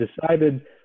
decided